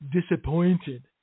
disappointed